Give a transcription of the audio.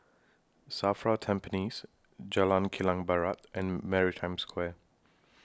SAFRA Tampines Jalan Kilang Barat and Maritime Square